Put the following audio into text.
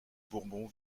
bourbon